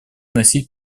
вносить